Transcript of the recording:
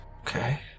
Okay